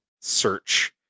search